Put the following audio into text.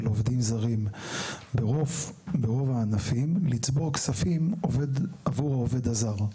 עובדים זרים ברוב הענפים לצבור כספים עבור העובד הזר.